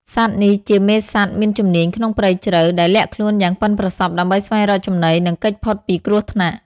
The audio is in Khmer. សត្វនេះជាមេសត្វមានជំនាញក្នុងព្រៃជ្រៅ ដែលលាក់ខ្លួនយ៉ាងប៉ិនប្រសប់ដើម្បីស្វែងរកចំណី និងគេចផុតពីគ្រោះថ្នាក់។